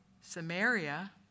Samaria